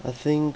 I think